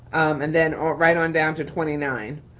and then right on down to twenty nine.